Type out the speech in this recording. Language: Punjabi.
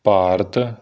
ਭਾਰਤ